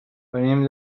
venim